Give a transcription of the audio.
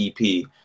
EP